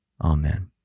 Amen